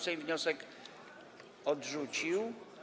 Sejm wniosek odrzucił.